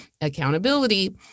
accountability